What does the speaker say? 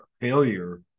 failure